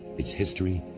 its history,